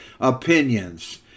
opinions